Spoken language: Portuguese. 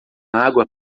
água